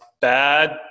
bad